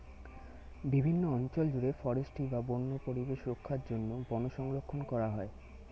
বিভিন্ন অঞ্চল জুড়ে ফরেস্ট্রি বা বন্য পরিবেশ রক্ষার জন্য বন সংরক্ষণ করা হয়